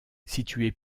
situés